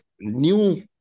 new